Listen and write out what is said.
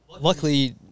luckily